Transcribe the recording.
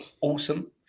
awesome